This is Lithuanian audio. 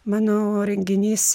mano renginys